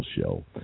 Show